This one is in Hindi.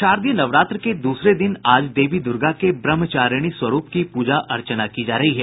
शारदीय नवरात्र के दूसरे दिन आज देवी दुर्गा के ब्रह्मचारिणी स्वरूप की पूजा अर्चना की जा रही है